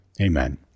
amen